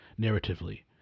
narratively